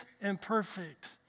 imperfect